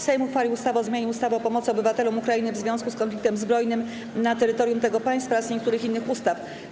Sejm uchwalił ustawę o zmianie ustawy o pomocy obywatelom Ukrainy w związku z konfliktem zbrojnym na terytorium tego państwa oraz niektórych innych ustaw.